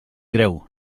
greu